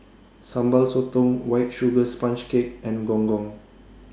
Sambal Sotong White Sugar Sponge Cake and Gong Gong